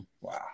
Wow